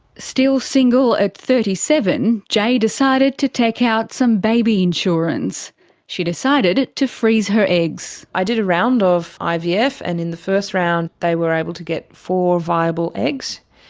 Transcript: still single at thirty seven, jay decided to take out some baby insurance she decided to freeze her eggs. i did a round of ivf, and in the first round they were able to get four viable eggs.